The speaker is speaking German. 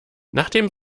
nachdem